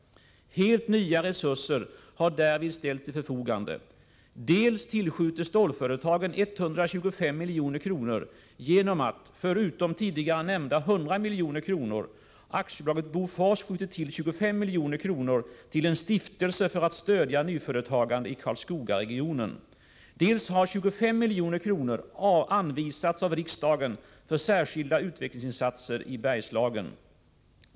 Helt nya resurser har därvid ställts till förfogande. Dels tillskjuter stålföretagen 125 milj.kr. genom att, förutom tidigare nämnda 100 milj.kr., AB Bofors avsätter 25 milj.kr. till en stiftelse för att stödja nyföretagande i Karlskogaregionen. Dels har 25 milj.kr. anvisats av riksdagen för särskilda utvecklingsinsatser i Bergslagen.